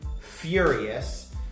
furious